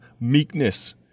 meekness